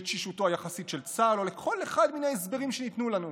לתשישותו היחסית של צה"ל או לכל אחד מן ההסברים שניתנו לנו.